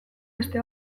beste